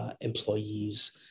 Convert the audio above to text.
employees